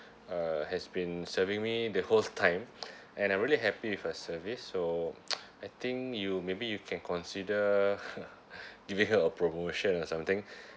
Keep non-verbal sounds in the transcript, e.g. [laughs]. uh has been serving me the whole time and I'm really happy with her service so I think you maybe you can consider [laughs] giving her a promotion or something